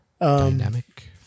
dynamic